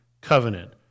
covenant